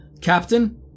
Captain